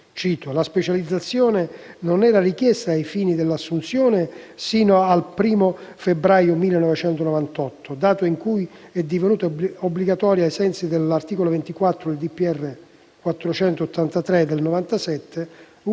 «la specializzazione non era richiesta ai fini dell'assunzione sino al 1° febbraio 1998, data in cui è divenuta obbligatoria ai sensi dell'articolo 24 del decreto del